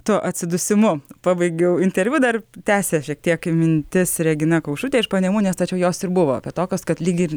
tu atsidūsimu pabaigiau interviu dar tęsia šiek tiek mintis regina kaušaitė iš panemunės tačiau jos ir buvo apie tokias kad lyg ir